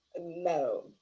no